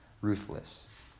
ruthless